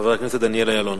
חבר הכנסת דניאל אילון.